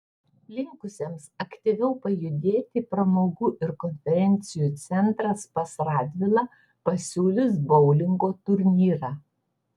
linkusiems aktyviau pajudėti pramogų ir konferencijų centras pas radvilą pasiūlys boulingo turnyrą